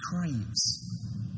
craves